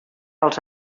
als